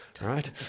right